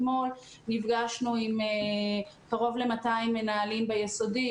אתמול נפגשנו עם קרוב ל-200 מנהלים ביסודי,